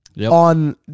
on